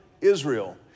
Israel